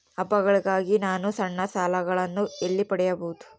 ಹಬ್ಬಗಳಿಗಾಗಿ ನಾನು ಸಣ್ಣ ಸಾಲಗಳನ್ನು ಎಲ್ಲಿ ಪಡಿಬಹುದು?